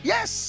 Yes